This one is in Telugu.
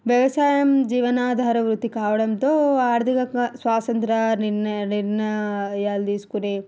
వ్యవసాయం జీవనాధార వృత్తి కావడంతో ఆర్థికత్వ స్వసంత్య్ర నిర్ణయ నిర్ణ నిర్ణయాలు తీసుకుని